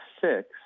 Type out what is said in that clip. six